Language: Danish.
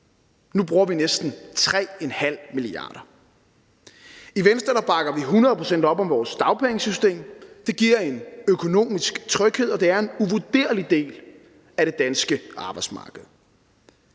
Nu bruger vi næsten 3,5 mia. kr. I Venstre bakker vi hundrede procent op om vores dagpengesystem, det giver en økonomisk tryghed, og det er en uvurderlig del af det danske arbejdsmarked.